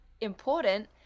important